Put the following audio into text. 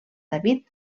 david